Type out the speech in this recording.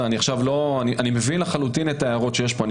אני מבין לחלוטין את ההערות שיש פה.